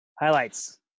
Highlights